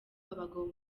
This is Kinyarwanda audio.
abagabo